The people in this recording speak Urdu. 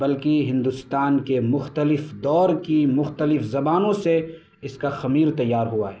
بلکہ ہندوستان کے مختلف دور کی مختلف زبانوں سے اس کا خمیر تیار ہوا ہے